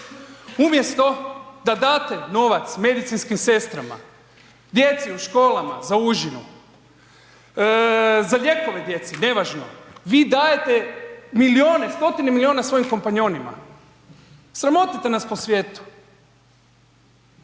Umjesto da date novac medicinskim sestrama, djeci u školama za užinu, za lijekove djeci, nevažno, vi dajete milijune, stotine milijuna svojim kompanjonima. Sramotite nas po svijetu.